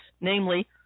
namely